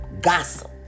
gossip